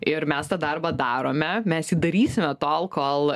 ir mes tą darbą darome mes jį darysime tol kol